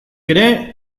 ere